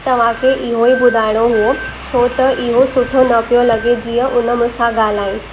तव्हां खे इहो ई ॿुधाइणो हुओ छो त इहो सुठो न पियो लॻे जीअं उन मूं सां ॻाल्हाए